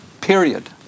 period